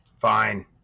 Fine